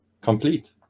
complete